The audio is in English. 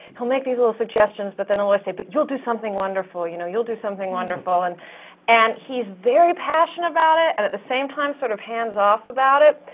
he'll make these little suggestions, but then he'll always say, but you'll do something wonderful! you know, you'll do something wonderful. and and he's very passionate about it, and at the same time, sort of hands off about it.